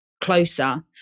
closer